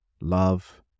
love